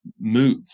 move